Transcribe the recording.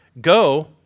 go